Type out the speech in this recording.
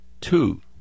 two